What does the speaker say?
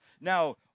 Now